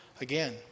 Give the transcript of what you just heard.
Again